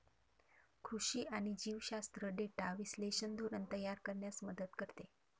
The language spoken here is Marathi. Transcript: कृषी आणि जीवशास्त्र डेटा विश्लेषण धोरण तयार करण्यास मदत करते